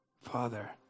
Father